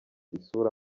isura